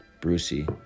Brucey